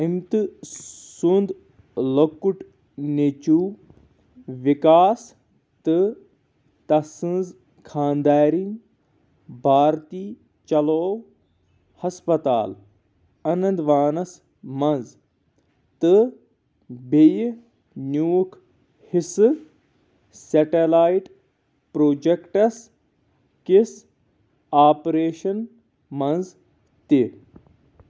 امتہٕ سُنٛد لۅکُٹ نیٚچوٗ وِکاس تہٕ تسٕنٛز خانٛدارِنۍ بھارتی چلوو ہسپتال آننٛدوانس منٛز تہٕ بییٚہِ نیٛوٗکھ حِصہٕ سیٚٹالایٹ پرٛوجیکٹس کِس آپریشن منٛز تہِ